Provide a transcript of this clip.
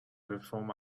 perform